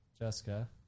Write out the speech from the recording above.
Jessica